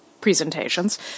presentations